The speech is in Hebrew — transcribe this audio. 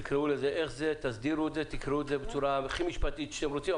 תקראו לזה בצורה הכי משפטית שאתם רוצים,